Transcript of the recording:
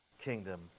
kingdom